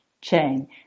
chain